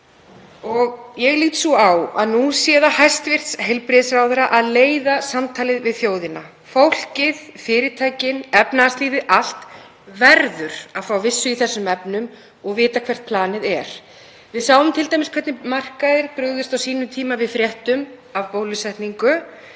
Ég lít svo á að nú sé það hæstv. heilbrigðisráðherra að leiða samtalið við þjóðina, fólkið, fyrirtækin. Efnahagslífið allt verður að fá vissu í þessum efnum og vita hvert planið er. Við sjáum t.d. hvernig markaðir brugðust á sínum tíma við fréttum af bólusetningu,